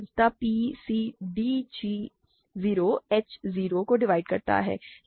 अतः p c d g 0 h 0 को divide करता है